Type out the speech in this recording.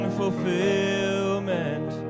fulfillment